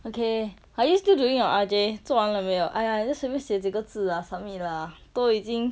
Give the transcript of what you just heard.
okay are you still doing your R J 做完了没有 !aiya! just 随便写几个字 lah submit lah 都已经